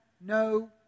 no